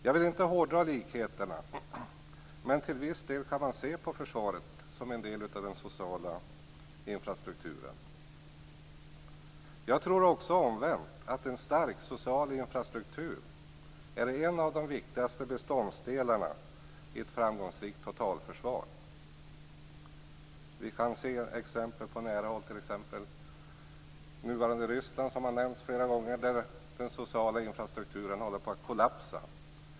Jag vill inte hårdra likheterna, men till viss del kan man se på försvaret som en del av den sociala infrastrukturen. Jag tror också omvänt att en stark social infrastruktur är en av de viktigaste beståndsdelarna i ett framgångsrikt totalförsvar. Vi kan se exempel på nära håll i t.ex. nuvarande Ryssland, som har nämnts flera gånger. Där håller den sociala infrastrukturen på att kollapsa.